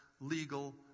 legal